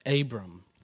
Abram